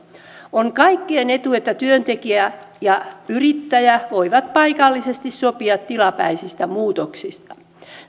on kaikkien etu että työntekijä ja yrittäjä voivat paikallisesti sopia tilapäisistä muutoksista